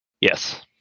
Yes